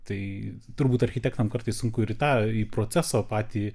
tai turbūt architektas kartais sunku ir į tą į procesą patį